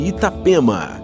Itapema